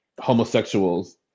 homosexuals